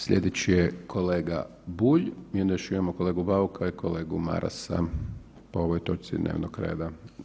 Sljedeći je kolega Bulj i onda još imamo kolegu Bauka i kolegu Marasa po ovoj točci dnevnog reda.